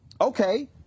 Okay